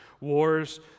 wars